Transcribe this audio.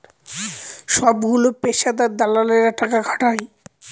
সবগুলো পেশাদার দালালেরা টাকা খাটায়